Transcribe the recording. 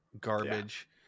garbage